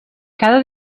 cada